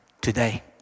today